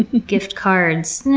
gift cards,